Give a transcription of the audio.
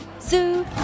Zoo